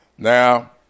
Now